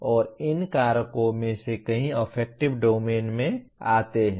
और इन कारकों में से कई अफेक्टिव डोमेन में आते हैं